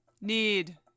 need